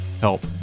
help